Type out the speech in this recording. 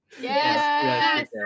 yes